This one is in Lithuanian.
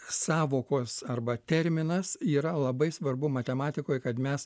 sąvokos arba terminas yra labai svarbu matematikoj kad mes